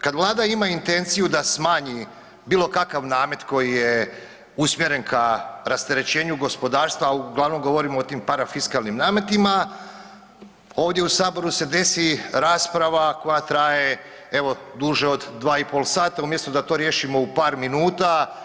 Kad Vlada ima intenciju da smanji bilo kakav namet koji je usmjeren ka rasterećenju gospodarstva, a uglavnom govorimo o tim parafiskalnim nametima, ovdje u Saboru se desi rasprava koja traje evo duže od dva i pol sata umjesto da to riješimo u par minuta.